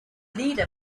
leader